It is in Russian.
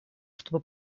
чтобы